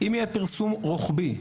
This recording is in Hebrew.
אם יהיה פרסום רוחבי,